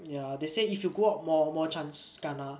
ya they said if you go out more more chance scanner